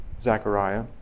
Zechariah